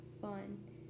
fun